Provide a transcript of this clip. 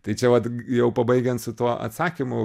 tai čia vat g jau pabaigiant su tuo atsakymu